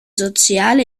soziale